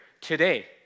today